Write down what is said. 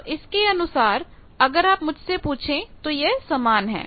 तो इसके अनुसार अगर आप मुझसे पूछे तो यह समान है